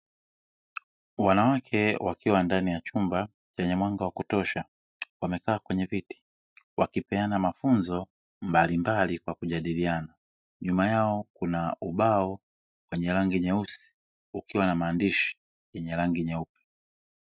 Wanawake wakiwa ndani ya chumba chenye mwanga wa kutosha, wamekaa kwenye viti wakipeana mafunzo mbalimbali kwa kujadiliana. Nyuma yao kuna ubao wenye rangi nyeusi ukiwa na maandishi yenye rangi nyeupe.